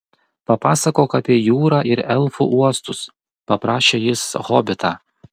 papasakok apie jūrą ir elfų uostus paprašė jis hobitą